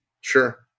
Sure